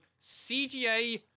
cga